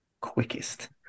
quickest